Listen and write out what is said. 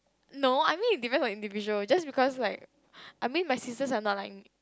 no I mean is define like individual just because like I mean my sisters are not like me